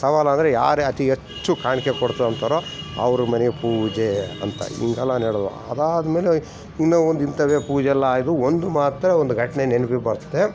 ಸವಾಲಾದರೆ ಯಾರೇ ಅತೀ ಹೆಚ್ಚು ಕಾಣಿಕೆ ಕೊಡ್ತೇವೆ ಅಂತಾರೋ ಅವರು ಮನೆ ಪೂಜೆ ಅಂತ ಹಿಂಗೆಲ್ಲಾ ನೆಡ್ದಾವ್ ಅದಾದ್ಮೇಲೆಓಯ್ ಇನ್ನು ಒಂದು ಇಂಥವೇ ಪೂಜೆಯಲ್ಲ ಆಯ್ದು ಒಂದು ಮಾತ್ರ ಒಂದು ಘಟ್ನೆ ನೆನ್ಪಿಗೆ ಬರ್ತ್ತೆ